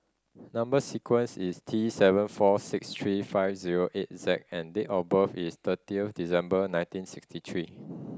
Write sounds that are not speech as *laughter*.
number sequence is T seven four six three five zero eight Z and date of birth is thirtieth December nineteen sixty three *noise*